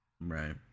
Right